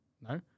no